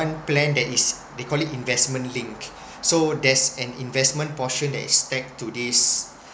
plan that is they call it investment linked so there's an investment portion that is stack to this